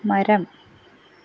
മരം